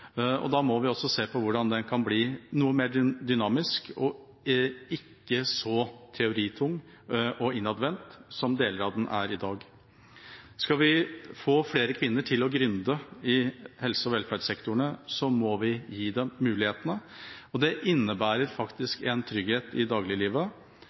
og da må vi også se på hvordan den kan bli noe mer dynamisk og ikke så teoritung og innadvendt som deler av den er i dag. Skal vi få flere kvinner til å «gründe» i helse- og velferdssektorene, må vi gi dem mulighetene. Det innebærer